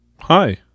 hi